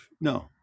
No